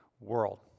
world